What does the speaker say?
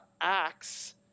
acts